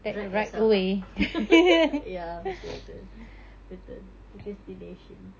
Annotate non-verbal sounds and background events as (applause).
drag yourself (laughs) ya betul betul betul procrastination